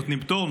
נותנים פטור?